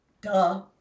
duh